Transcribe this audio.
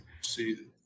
See